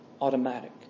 automatic